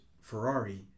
Ferrari